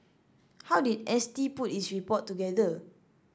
how did S T put its report together